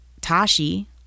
Tashi